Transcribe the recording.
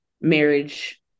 marriage